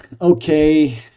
okay